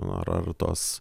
ar ar tos